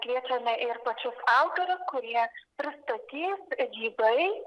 kviečiame ir pačius autorius kurie pristatys gyvai